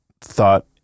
thought